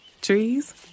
trees